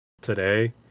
today